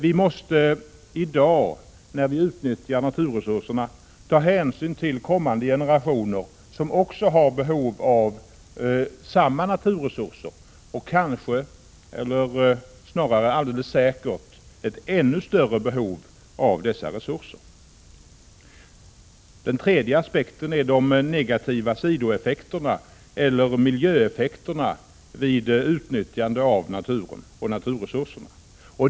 Vi måste i dag, när vi utnyttjar naturresurserna, ta hänsyn till kommande generationer som också har behov av samma naturresurser och kanske, eller snarare alldeles säkert, ett ännu större behov av dessa resurser. Den tredje aspekten är de negativa sidoeffekterna, eller miljöeffekterna, vid utnyttjande av naturen och naturresurserna.